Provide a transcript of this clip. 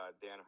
Dan